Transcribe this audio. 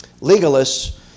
legalists